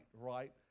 right